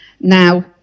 Now